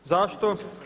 Zašto?